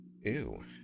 Ew